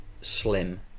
Slim